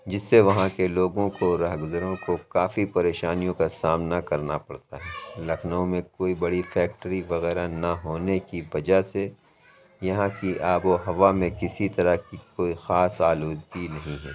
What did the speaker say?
جس سے وہاں کے لوگوں کو رہ گزروں کو کافی پریشانیوں کا سامنا کرنا پڑتا ہے لکھنؤ میں کوئی بڑی فیکٹری وغیرہ نہ ہونے کی وجہ سے یہاں کی آب و ہَوا میں کسی طرح کی کوئی خاص آلودگی نہیں ہے